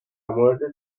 مورد